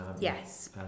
Yes